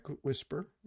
Whisper